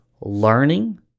learning